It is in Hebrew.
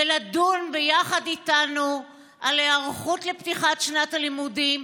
ולדון ביחד איתנו על היערכות לפתיחת שנת הלימודים,